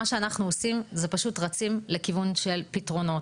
מה שאנחנו עושים זה פשוט לרוץ לכיוון של פתרונות.